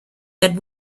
that